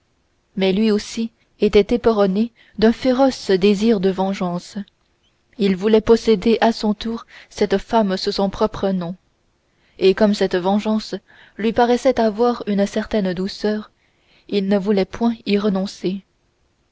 mais lui aussi était éperonné d'un féroce désir de vengeance il voulait posséder à son tour cette femme sous son propre nom et comme cette vengeance lui paraissait avoir une certaine douceur il ne voulait point y renoncer